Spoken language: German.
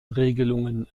regelungen